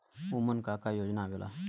उमन का का योजना आवेला?